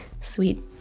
sweet